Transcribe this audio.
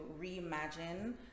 reimagine